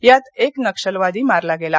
यात एक नक्षलवादी मारला गेला